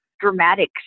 dramatic